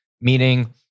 Meaning